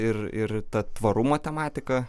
ir ir ta tvarumo tematika